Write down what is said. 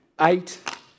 eight